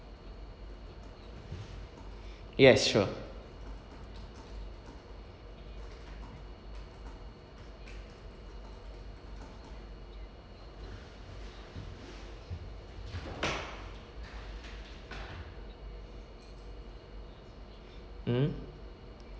yes sure mm